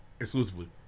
Exclusively